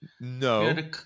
No